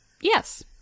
Yes